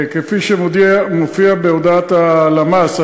כפי שמופיע בהודעת הלמ"ס,